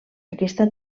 aquesta